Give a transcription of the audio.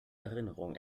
erinnerung